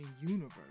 universe